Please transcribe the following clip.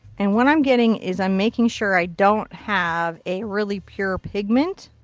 and what i'm getting is i'm making sure i don't have a really pure pigment.